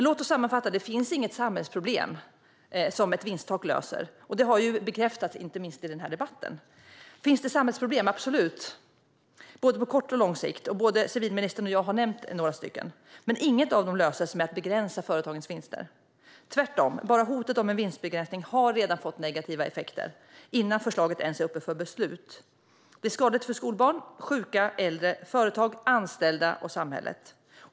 Låt oss sammanfatta: Det finns inget samhällsproblem som ett vinsttak löser. Detta har bekräftats inte minst i denna debatt. Finns det samhällsproblem? Absolut, på såväl kort som lång sikt, och både civilministern och jag har nämnt några. Men inget av dem löses av att begränsa företagens vinster. Tvärtom, bara hotet om en vinstbegränsning har redan fått negativa effekter, innan förslaget ens är uppe för beslut. Det är skadligt för skolbarn, sjuka, äldre, företag, anställda och samhället.